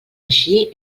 així